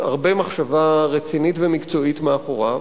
עם הרבה מחשבה רצינית ומקצועית מאחוריו.